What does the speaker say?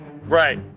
Right